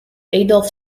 adolph